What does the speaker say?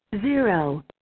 Zero